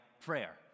prayer